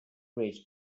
bridge